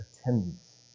attendance